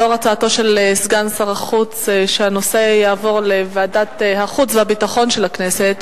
לאור הצעתו של סגן שר החוץ שהנושא יעבור לוועדת החוץ והביטחון של הכנסת,